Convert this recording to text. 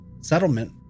settlement